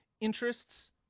interests